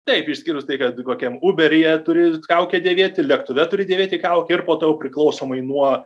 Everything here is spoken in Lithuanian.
taip išskyrus tai kad kokiam uberyje turi kaukę dėvėti lėktuve turi dėvėti kaukę ir po to jau priklausomai nuo